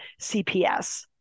CPS